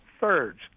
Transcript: thirds